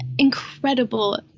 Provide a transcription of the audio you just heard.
Incredible